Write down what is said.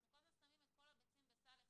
אנחנו כל הזמן שמים את כל הביצים בסל אחד,